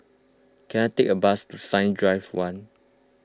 can I take a bus to Science Drive one